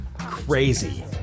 crazy